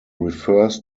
refers